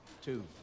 two